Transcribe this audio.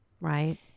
right